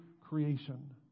creation